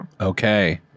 Okay